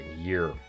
year